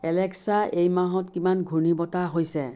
Alexa এই মাহত কিমান ঘূৰ্ণিবতাহ হৈছে